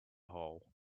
hole